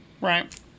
Right